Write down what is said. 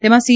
તેમાં સી